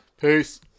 peace